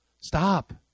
Stop